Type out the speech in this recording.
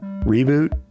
Reboot